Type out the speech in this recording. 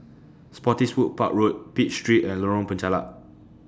Spottiswoode Park Road Pitt Street and Lorong Penchalak